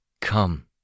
Come